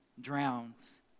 drowns